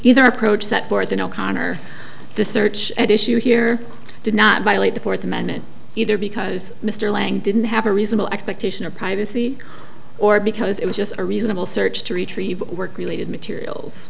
either approach that more than o'connor the search at issue here did not violate the fourth amendment either because mr lang didn't have a reasonable expectation of privacy or because it was just a reasonable search to retrieve work related materials